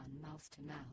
mouth-to-mouth